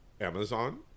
Amazon